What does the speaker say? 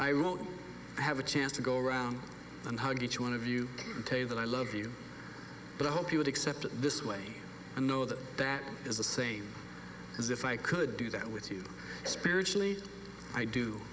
won't have a chance to go around and hug each one of you and tell you that i love you but i hope you would accept this way and know that that is the same as if i could do that with you spiritually i do